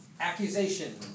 Accusation